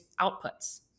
outputs